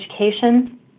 education